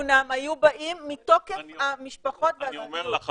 כתיקונם היו באים מתוקף המשפחות --- אני אומר לך,